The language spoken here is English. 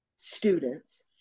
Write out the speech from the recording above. students